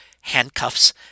handcuffs